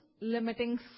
limiting